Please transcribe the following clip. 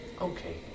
Okay